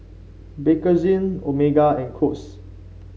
Bakerzin Omega and Kose